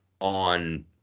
on